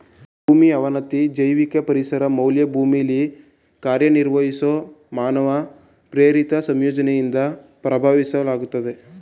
ಭೂಮಿ ಅವನತಿ ಜೈವಿಕ ಪರಿಸರ ಮೌಲ್ಯ ಭೂಮಿಲಿ ಕಾರ್ಯನಿರ್ವಹಿಸೊ ಮಾನವ ಪ್ರೇರಿತ ಸಂಯೋಜನೆಯಿಂದ ಪ್ರಭಾವಿತವಾಗಿದೆ